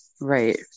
Right